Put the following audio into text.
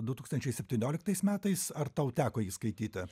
du tūkstančiai septynioliktais metais ar tau teko jį skaityti